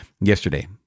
yesterday